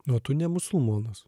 nu o tu ne musulmonas